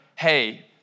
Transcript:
Hey